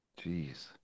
jeez